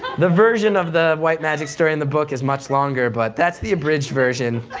the version of the white magic story in the book is much longer, but that's the abridged version.